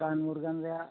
ᱨᱟᱱ ᱢᱩᱨᱜᱟᱹᱱ ᱨᱮᱭᱟᱜ